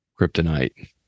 kryptonite